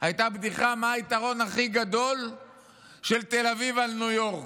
הייתה בדיחה: מה היתרון הכי גדול של תל אביב על ניו יורק,